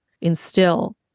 instill